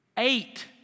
eight